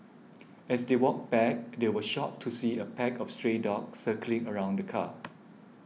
as they walked back they were shocked to see a pack of stray dogs circling around the car